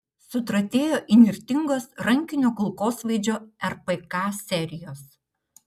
sutratėjo įnirtingos rankinio kulkosvaidžio rpk serijos